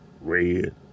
red